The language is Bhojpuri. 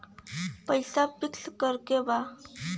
पैसा पिक्स करके बा?